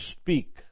speak